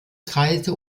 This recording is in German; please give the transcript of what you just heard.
kreise